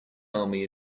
army